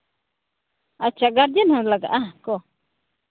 ᱟᱪᱪᱷᱟ ᱜᱟᱨᱡᱮᱱ ᱦᱚᱸ ᱞᱟᱜᱟᱜ ᱟᱠᱚ